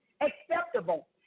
acceptable